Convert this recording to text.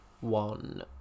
one